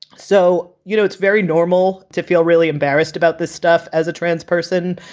so, you know, it's very normal to feel really embarrassed about this stuff as a trans person.